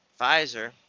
Pfizer